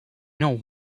know